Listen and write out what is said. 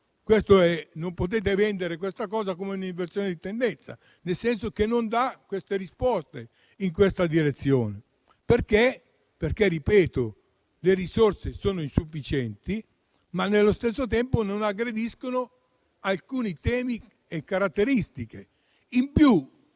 Non potete venderlo come un'inversione di tendenza, nel senso che non dà risposte in questa direzione, perché - lo ripeto - le risorse sono insufficienti e, allo stesso tempo, non si aggrediscono alcune caratteristiche.